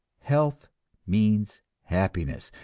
health means happiness,